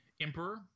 emperor